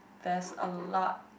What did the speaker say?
there's a lot